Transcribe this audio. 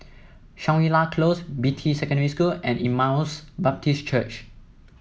Shangri La Close Beatty Secondary School and Emmaus Baptist Church